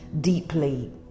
deeply